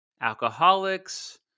alcoholics